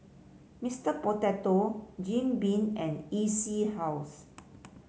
Mister Potato Jim Beam and E C House